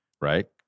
Right